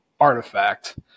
Artifact